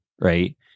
right